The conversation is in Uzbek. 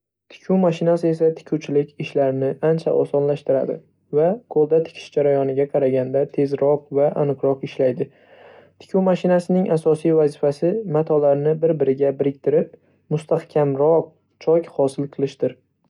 Tikuv mashinasi esa tikuvchilik ishlarini ancha osonlashtiradi va qo'lda tikish jarayoniga qaraganda tezroq va aniqroq ishlaydi. Tikuv mashinasining asosiy vazifasi matolarni bir-biriga biriktirib, mustahkamroq chok hosil qilishdir.